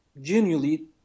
genuinely